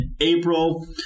April